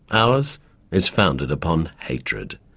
ours is founded upon hatred.